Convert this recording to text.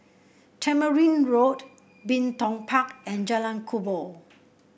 Tamarind Road Bin Tong Park and Jalan Kubor